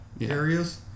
areas